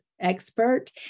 Expert